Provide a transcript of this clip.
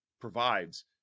provides